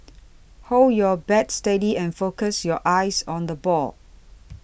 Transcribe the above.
hold your bat steady and focus your eyes on the ball